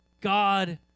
God